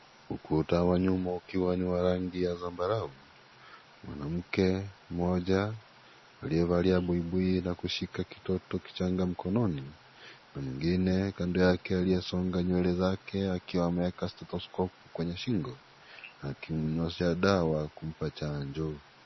Ukuta wa nyuma ukiwa ni wa rangi ya sambarau. Mwanamke , mmoja, aliyevalia buibui la kushika kitoto kichanga mkononi na mwingine kando yake, amesonga nywele zake, akiwa ameeka stetscope kwenye shingo. Akimnyoshea dawa kumpa chanjo.